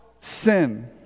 sin